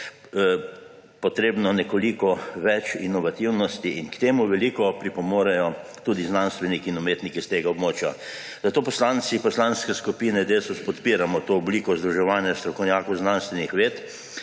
potrebno nekoliko več inovativnosti in k temu veliko pripomorejo tudi znanstveniki in umetniki s tega območja. Zato poslanci Poslanske skupine Desus podpiramo to obliko združevanja strokovnjakov znanstvenih ved,